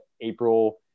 April